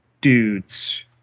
dudes